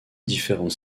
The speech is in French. différentes